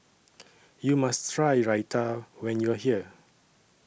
YOU must Try Raita when YOU Are here